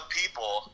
people